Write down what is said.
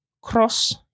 Cross